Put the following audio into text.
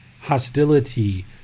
hostility